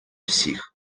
всіх